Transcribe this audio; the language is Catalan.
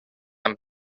amb